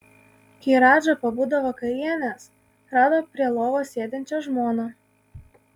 kai radža pabudo vakarienės rado prie lovos sėdinčią žmoną